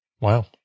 wow